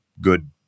good